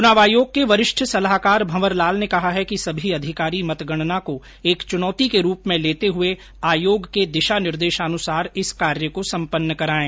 चुनाव आयोग के वरिष्ठ सलाहकार भंवर लाल ने कहा कि सभी अधिकारी मतगणना को एक चुनौती के रूप र्मे लेते हुए आयोग के दिशा निर्देशानुसार इस कार्य को संपन्न कराएं